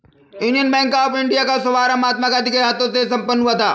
union Bank of India का शुभारंभ महात्मा गांधी के हाथों से संपन्न हुआ था